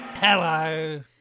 Hello